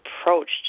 approached